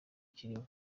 kirimwo